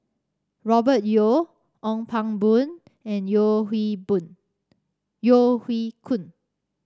Robert Yeo Ong Pang Boon and Yeo Hoe Boon Yeo Hoe Koon